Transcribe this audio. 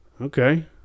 Okay